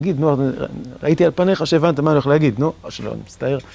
תגיד, נו, הייתי על פניך שהבנת מה אני הולך להגיד, נו, או שלא, אני מצטער.